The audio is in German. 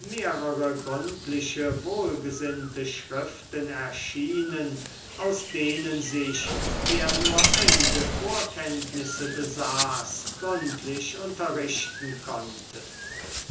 mehrere gründliche wohlgesinnte schriften erschienen aus denen sich wer nur einige vorkenntnisse besaß gründlich unterrichten konnte